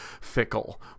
fickle